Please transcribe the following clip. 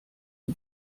die